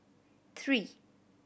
three